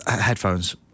Headphones